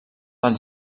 del